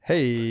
Hey